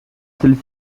celles